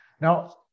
now